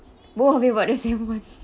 both of you bought the same [one]